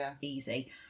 easy